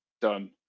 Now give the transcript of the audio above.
done